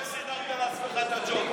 בוא תספר לנו איך סידרת לעצמך את הג'וב.